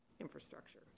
infrastructure